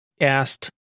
asked